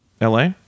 LA